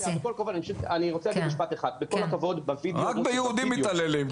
רק ביהודים מתעללים.